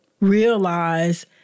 realize